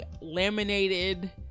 laminated